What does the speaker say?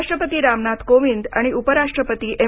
राष्ट्रपती रामनाथ कोविंद आणि उपराष्ट्रपती एम